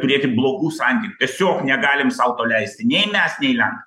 turėti blogų santykių tiesiog negalim sau leisti nei mes nei lenkai